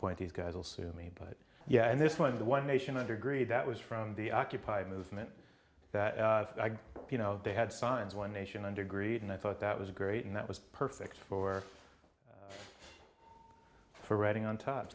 point these guys will sue me but yeah and this one the one nation under greed that was from the occupy movement that you know they had signs one nation under greed and i thought that was great and that was perfect for for reading on top